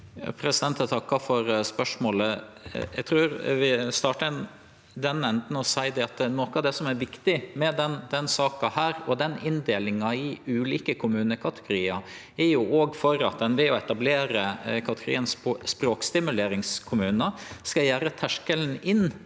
takkar for spørsmålet. Eg trur eg vil starte med å seie at noko av det som er viktig med denne saka og inndelinga i ulike kommunekategoriar, er at ein ved å etablere kategorien «språkstimuleringskommune» skal gjere terskelen inn